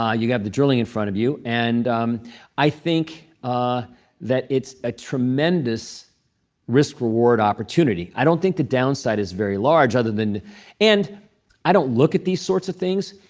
you have the drilling in front of you. and i think that it's a tremendous risk-reward opportunity. i don't think the downside is very large, other than and i don't look at these sorts of things.